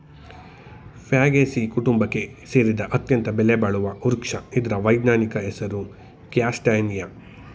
Fagaceae ಕುಟುಂಬಕ್ಕೆ ಸೇರಿದ ಅತ್ಯಂತ ಬೆಲೆಬಾಳುವ ವೃಕ್ಷ ಇದ್ರ ವೈಜ್ಞಾನಿಕ ಹೆಸರು ಕ್ಯಾಸ್ಟಾನಿಯ